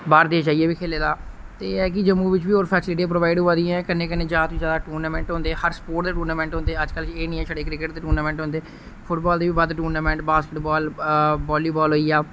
बाह्र देश जाइये वि खेलेदा ते एह् ऐ कि जम्मू विच वि और फैसिलिटियां प्रोवाइड होआ दियां कन्नै कन्नै ज्यादा तो ज्यादा टूर्नामेंट होंदे हर स्पोर्ट दे टूर्नामेंट होंदे अज्जकल एह् नि ऐ शड़े क्रिकेट दे टूर्नामेंट होंदे फुटबाल दे बी बद्ध टूर्नामेंट बास्केटबाल बालीबाल होइया